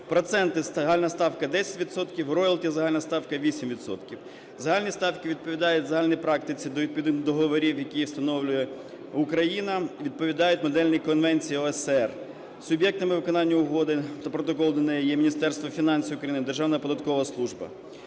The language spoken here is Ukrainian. Проценти: загальна ставка 10 відсотків. Роялті: загальна ставка 8 відсотків. Загальні ставки відповідають загальній практиці, відповідно до договорів, які встановлює Україна, відповідають Модельній конвенції ОЕСР. Суб'єктами виконання Угоди та Протоколу до неї є Міністерство фінансів України, Державна податкова служба.